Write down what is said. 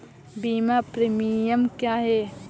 बीमा प्रीमियम क्या है?